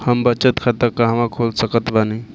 हम बचत खाता कहां खोल सकत बानी?